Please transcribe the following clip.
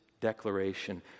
declaration